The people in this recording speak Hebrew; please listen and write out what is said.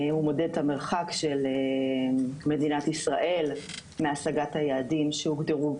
הוא מודד את המרחק של מדינת ישראל מהשגת היעדים שהוגדרו